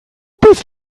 bist